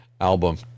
album